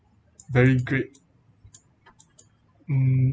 very great mm